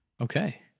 Okay